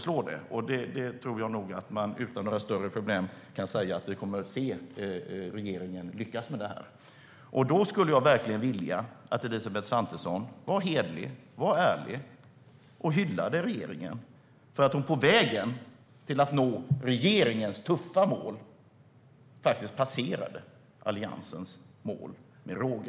Jag tror nog att vi utan större problem kan säga att vi kommer att se regeringen lyckas med det, och då skulle jag verkligen vilja att Elisabeth Svantesson var hederlig och ärlig och hyllade regeringen för att den på vägen till att nå sitt tuffa mål faktiskt passerade Alliansens mål med råge.